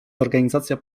organizacja